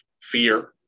fear